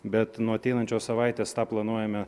bet nuo ateinančios savaitės tą planuojame